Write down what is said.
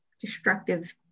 destructive